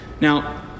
Now